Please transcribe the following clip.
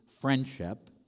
friendship